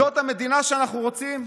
זו המדינה שאנחנו רוצים?